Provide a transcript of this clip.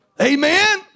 Amen